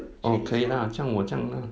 oh 可以 lah 这样我这样 lah